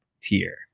tier